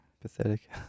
pathetic